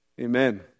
Amen